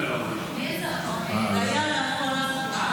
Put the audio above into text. זה לא היה בדיוק על אהוביה.